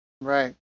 Right